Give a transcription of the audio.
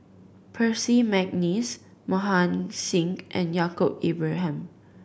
Percy McNeice Mohan Singh and Yaacob Ibrahim